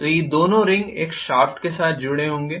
तो ये दोनों रिंग एक शाफ्ट के साथ जुड़े होंगे